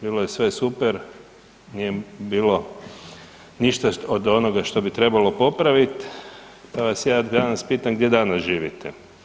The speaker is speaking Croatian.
Bilo je sve super, nije bilo ništa od onoga što bi trebalo popravit pa vas ja danas pitam, gdje danas živite?